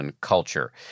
culture